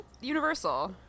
universal